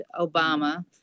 Obama